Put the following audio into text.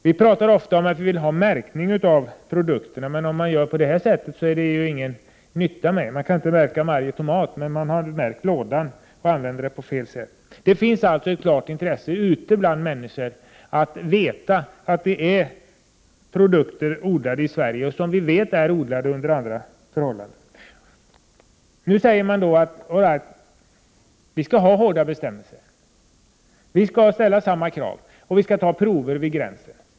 Vi talar ofta om att vi vill ha märkning av produkter, men om man gör på det här sättet är ju märkningen inte till någon nytta. Man kan inte märka varje tomat, men man hade märkt lådan och använde den på fel sätt. Det finns alltså ett klart intresse hos människorna att veta att de köper produkter som är odlade i Sverige och under andra förhållanden än vad importerade produkter är. Man säger då all right, vi skall:ha hårda bestämmelser, och vi skall ställa samma krav på importerade produkter som på svenska, och vi skall ta prov vid gränsen.